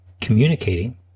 communicating